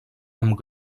amb